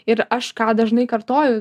ir aš ką dažnai kartoju